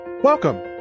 Welcome